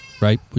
right